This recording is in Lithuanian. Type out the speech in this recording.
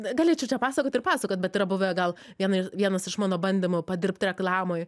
galėčiau čia pasakot ir pasakot bet yra buvę gal viena vienas iš mano bandymų padirbt reklamoj